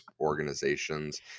organizations